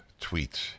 tweets